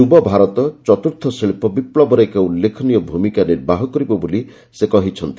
ଯୁବଭାରତ ଚତୁର୍ଥ ଶିଳ୍ପ ବିପ୍ଳବରେ ଏକ ଉଲ୍ଲେଖନୀୟ ଭୂମିକା ନିର୍ବାହ କରିବ ବୋଲି ସେ କହିଛନ୍ତି